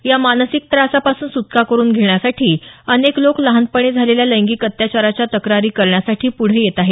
या मानसिक त्रासापासून सुटका करुन घेण्यासाठी अनेक लोक लहानपणी झालेल्या लैंगिक अत्याचाराच्या तक्रारी करण्यासाठी पुढं येत आहेत